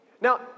Now